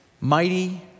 mighty